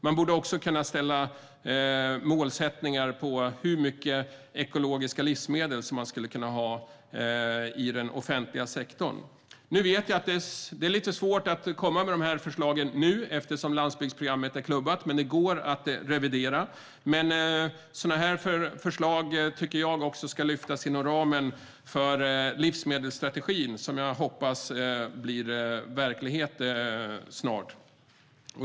Man borde också kunna göra målsättningar för hur mycket ekologiska livsmedel man skulle kunna ha i den offentliga sektorn. Jag vet att det är lite svårt att komma med de här förslagen nu eftersom landsbygdsprogrammet är klubbat, men det går att revidera. Sådana här förslag tycker jag ska lyftas fram också inom ramen för livsmedelsstrategin, som jag hoppas blir verklighet snart.